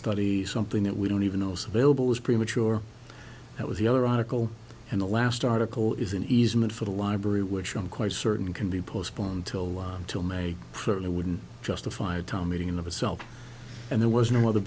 study something that we don't even know surveil was premature that was the other article in the last article is an easement for the library which i'm quite certain can be postponed till till may certainly wouldn't justify a town meeting in of itself and there was no other